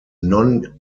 non